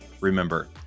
Remember